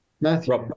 Matthew